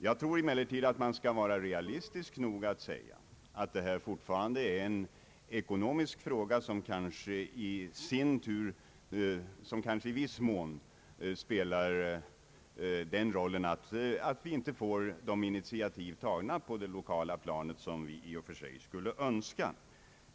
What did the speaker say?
Jag tror inte att det är som herr Sveningsson säger att ingenting blir uträttat. Jag vet att man på många håll har vidtagit åtgärder för att rensa upp i naturen från bilskrot med hjälp av den lagstiftning vi har fått.